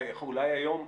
אולי היום,